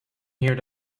here